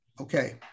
Okay